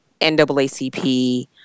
NAACP